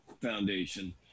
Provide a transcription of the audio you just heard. Foundation